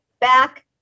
back